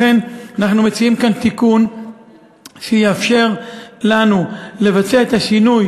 לכן אנחנו מציעים כאן תיקון שיאפשר לנו לבצע את השינוי